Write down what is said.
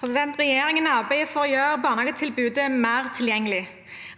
Regjerin- gen arbeider for å gjøre barnehagetilbudet mer tilgjengelig.